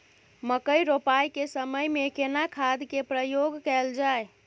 मकई रोपाई के समय में केना खाद के प्रयोग कैल जाय?